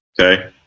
Okay